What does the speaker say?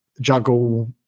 juggle